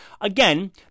again